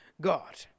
God